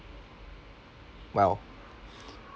well